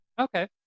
Okay